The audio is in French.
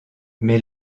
mais